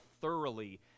thoroughly